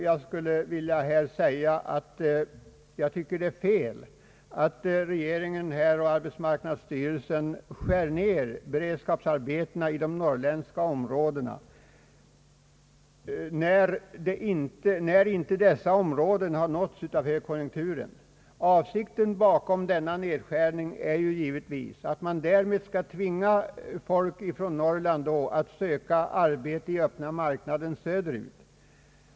Jag skulle vilja säga att jag tycker att det är fel att regeringen och arbetsmarknadsstyrelsen skär ner beredskapsarbetena i de norrländska områdena, när dessa områden inte nåtts av högkonjunkturen. Avsikten bakom den na nedskärning är givetvis att folk från Norrland skall tvingas att söka arbete på öppna marknaden söderut.